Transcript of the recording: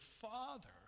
father